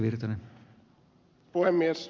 arvoisa puhemies